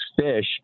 fish